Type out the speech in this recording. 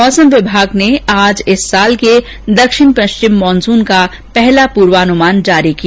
मौसम विभाग ने आज इस साल के दक्षिण पश्चिम मानसुन का पहला पूर्वानमुमान जारी किया